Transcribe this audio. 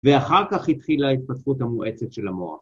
ואחר כך התחילה ההתפתחות המואצת של המוח.